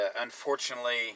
unfortunately